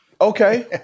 Okay